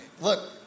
look